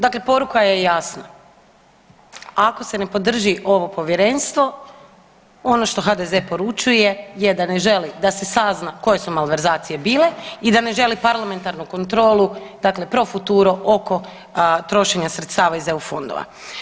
Dakle poruka je jasna, ako se ne podrži ovo povjerenstvo ono što HDZ poručuje je da ne želi da se sazna koje su malverzacije bile i da ne želi parlamentarnu kontrolu dakle profuturo oko trošenja sredstava iz EU fondova.